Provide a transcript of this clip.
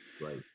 right